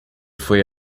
foi